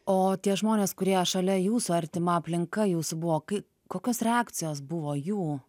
o tie žmonės kurie šalia jūsų artima aplinka jūsų buvo kaip kokios reakcijos buvo jų